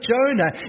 Jonah